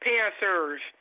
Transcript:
Panthers